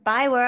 Bye